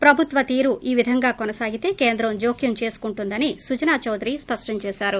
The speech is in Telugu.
ప్రభుత్వ తీరు ఈ విధంగా కొనసాగితే కేంద్రం జోక్యం చేసుకుంటుందని సుజన చౌదరి స్పష్టం చేసారు